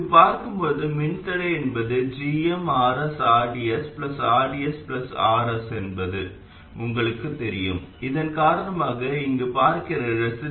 இங்கே பார்க்கும்போது மின்தடை என்பது gmRsrdsrdsRs என்பது உங்களுக்குத் தெரியும் இதன் காரணமாக இங்கு பார்க்கிற ரெசிஸ்டன்ஸ் Rs